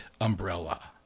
umbrella